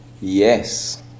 Yes